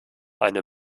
eine